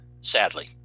sadly